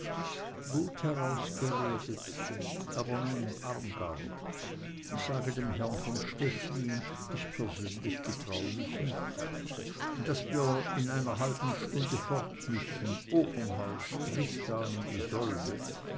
gut herausgeredet aber nun armgard sage dem herrn von stechlin ich persönlich getraue mich's nicht daß wir in einer halben stunde fortmüssen opernhaus tristan und isolde